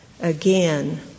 Again